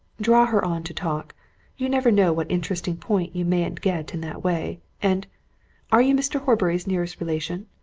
draw her on to talk you never know what interesting point you mayn't get in that way. and are you mr. horbury's nearest relation?